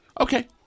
Okay